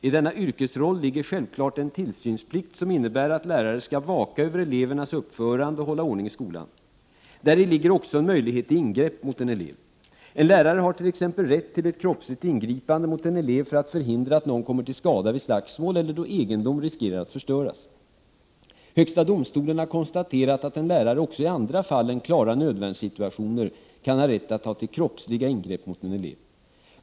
I denna yrkesroll ligger självklart en tillsynsplikt som innebär att lärare skall vaka över elevernas uppförande och hålla ordning i skolan. Däri ligger också en möjlighet till ingrepp mot en elev. En lärare har t.ex. rätt till ett kroppsligt ingripande mot en elev för att förhindra att någon kommer till skada vid slagsmål eller då egendom riskerar att förstöras. HD har konstaterat att en lärare också i andra fall än klara nödvärnssituationer kan ha rätt att ta till kroppsliga ingrepp mot en elev.